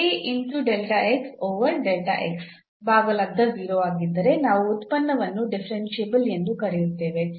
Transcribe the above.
ಈ ಭಾಗಲಬ್ಧ 0 ಆಗಿದ್ದರೆ ನಾವು ಉತ್ಪನ್ನವನ್ನು ಡಿಫರೆನ್ಷಿಯಬಲ್ ಎಂದು ಕರೆಯುತ್ತೇವೆ